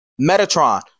Metatron